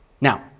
Now